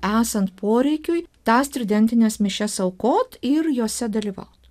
esant poreikiui tas tridentines mišias aukot ir jose dalyvaut